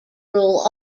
rule